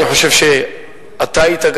אני חושב שאתה היית,